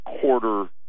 quarter